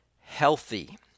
healthy